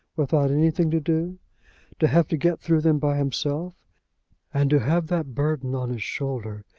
without anything to do to have to get through them by himself and to have that burden on his shoulder,